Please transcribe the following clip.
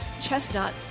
chestnut